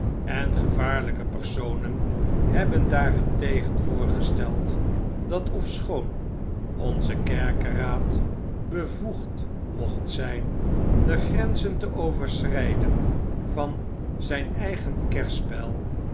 en gevaarlpe personen hebben daarentegen voorgesteld dat ofschoon onze kerkeraad bevoegd mocht zijn de grenzen te overschrijden van zijn eigen kerspel